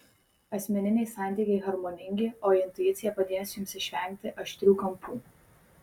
asmeniniai santykiai harmoningi o intuicija padės jums išvengti aštrių kampų